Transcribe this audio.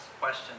question